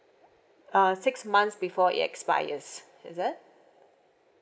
uh six months before it expires is it